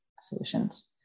solutions